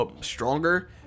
stronger